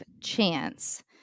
chance